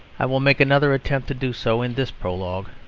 i will make another attempt to do so in this prologue,